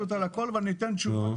וכולם מדברים שטויות.